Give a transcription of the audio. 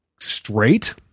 straight